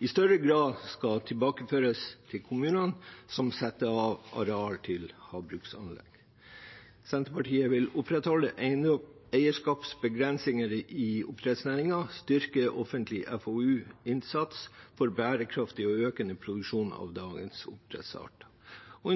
i større grad skal tilbakeføres til kommunene som setter av areal til havbruksanlegg. Senterpartiet vil opprettholde eierskapsbegrensninger i oppdrettsnæringen, styrke offentlig FoU-innsats for bærekraftig og økende produksjon av dagens oppdrettsarter, og